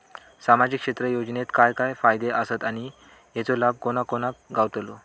सामजिक क्षेत्र योजनेत काय काय फायदे आसत आणि हेचो लाभ कोणा कोणाक गावतलो?